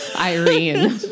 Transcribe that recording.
Irene